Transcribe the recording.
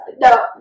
No